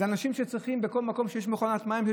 זה אנשים שצריכים לשתות בכל מקום שיש מכונת מים.